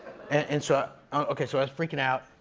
and so okay, so, i was freaking out.